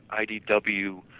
IDW